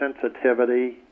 sensitivity